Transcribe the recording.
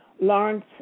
Lawrence